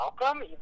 welcome